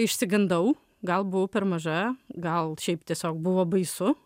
išsigandau gal buvau per maža gal šiaip tiesiog buvo baisu